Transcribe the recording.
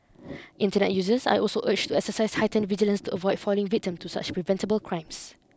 internet users are also urged to exercise heightened vigilance to avoid falling victim to such preventable crimes